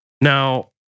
Now